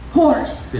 horse